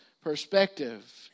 perspective